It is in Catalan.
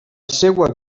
seva